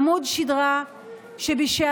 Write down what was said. עמוד שדרה שבשעתו,